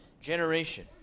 generation